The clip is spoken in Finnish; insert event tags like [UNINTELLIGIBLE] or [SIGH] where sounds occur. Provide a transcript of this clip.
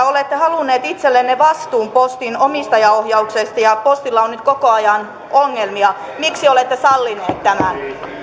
[UNINTELLIGIBLE] olette halunnut itsellenne vastuun postin omistajaohjauksesta ja postilla on nyt koko ajan ongelmia miksi olette sallinut tämän